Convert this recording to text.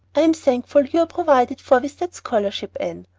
i'm thankful you're provided for with that scholarship, anne.